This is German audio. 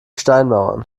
steinmauern